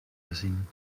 gezien